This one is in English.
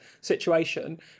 situation